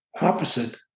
opposite